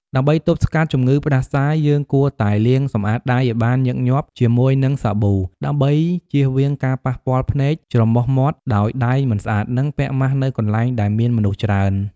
ដើម្បីទប់ស្កាត់ជំងឺផ្តាសាយ យើងគួរតែលាងសម្អាតដៃឲ្យបានញឹកញាប់ជាមួយនឹងសាប៊ូ ដើម្បីជៀសវាងការប៉ះពាល់ភ្នែក ច្រមុះ មាត់ដោយដៃមិនស្អាត និងពាក់ម៉ាស់នៅកន្លែងដែលមានមនុស្សច្រើន។